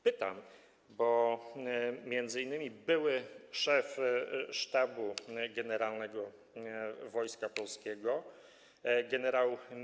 Pytam, bo m.in. były szef Sztabu Generalnego Wojska Polskiego gen.